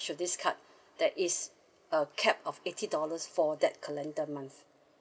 to this card there is a cap of eighty dollars for that calendar month